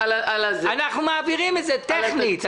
אנחנו מעבירים את זה טכנית.